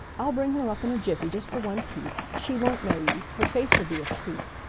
i'll bring her up in a jiffy, just for one peep. she won't know you! her face will be a treat!